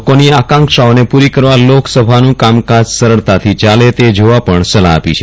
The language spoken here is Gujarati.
લોકોની આકાંક્ષાઓને પૂરી કરવા લોકસભાનું કામકાજ સરળતાથી ચાલે તે જોવા પણ સલાહ આપી છે